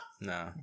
No